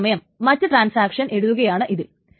അതേ സമയം മറ്റ് ട്രാൻസാക്ഷൻ എഴുതുകയാണ് ഇതിൽ